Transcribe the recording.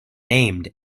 named